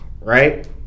right